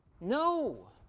No